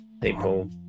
people